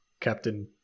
Captain